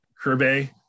Kirby